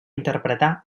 interpretar